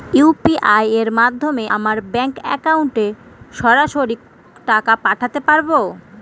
UPI এর মাধ্যমে আমরা ব্যাঙ্ক একাউন্টে সরাসরি টাকা পাঠাতে পারবো?